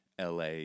LA